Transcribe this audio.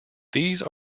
these